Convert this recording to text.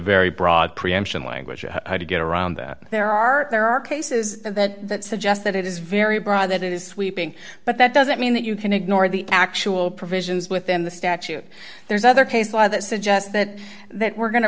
very broad preemption language of how to get around that there are there are cases of that suggest that it is very broad that it is sweeping but that doesn't mean that you can ignore the actual provisions within the statute there's other case law that suggests that that we're going to